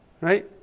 Right